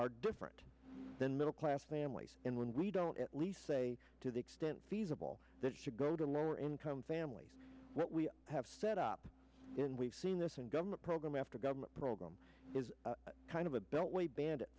are different than middle class families and when we don't at least say to the extent feasible to go to lower income families what we have set up and we've seen this in government program after government program is kind of a beltway ban